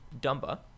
Dumba